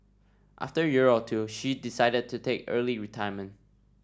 after a year or two she decided to take early retirement